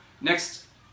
Next